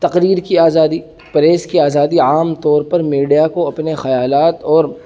تقریر کی آزادی پریس کی آزادی عام طور پر میڈیا کو اپنے خیالات اور